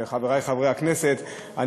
חבר הכנסת אורי מקלב, רצית לברך?